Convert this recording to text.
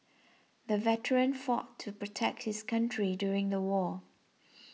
the veteran fought to protect his country during the war